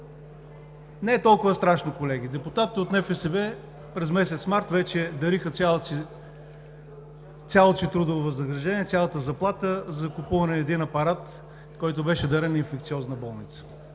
Не е толкова страшно, колеги. Депутатите от НФСБ през месец март вече дариха цялото си трудово възнаграждение, цялата заплата за закупуване на един апарат, който беше дарен на Инфекциозна болница.